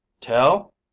tell